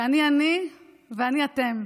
אני אני, ואני אתם.